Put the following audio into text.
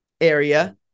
area